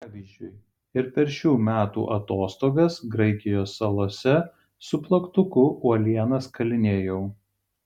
pavyzdžiui ir per šių metų atostogas graikijos salose su plaktuku uolienas kalinėjau